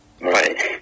Right